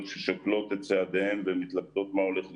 של חברות ששוקלות את צעדיהן ומתלבטות מה הולך לקרות.